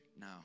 now